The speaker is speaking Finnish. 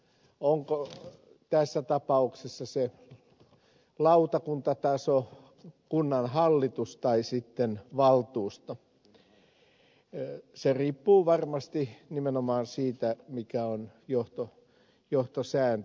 onko se tässä tapauksessa lautakuntataso kunnanhallitus tai sitten valtuusto riippuu varmasti nimenomaan siitä mikä on johtosääntö